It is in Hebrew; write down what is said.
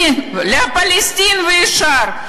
לפלסטין ישר.